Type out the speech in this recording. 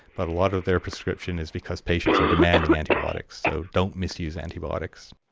but a lot of their prescription is because patients are demanding antibiotics. so don't miss use antibiotics.